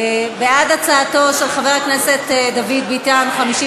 הצעת ועדת הכנסת להעביר את הצעת חוק